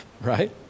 Right